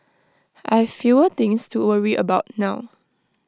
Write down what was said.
I've fewer things to worry about now